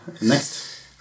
next